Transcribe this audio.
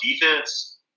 defense